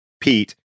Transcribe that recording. Pete